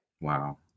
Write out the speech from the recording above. wow